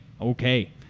Okay